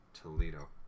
Toledo